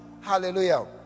hallelujah